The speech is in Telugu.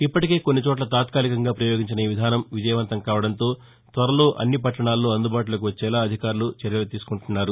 ఇప్పటికే కొన్ని చోట్ల తాత్కాలికంగా ప్రయోగించిన ఈ విధానం విజయవంతం కావడంతో త్వరలో అన్ని పట్టణాల్లో అందుబాటులోకి వచ్చేలా అధికారులు చర్యలు తీసుకుంటున్నారు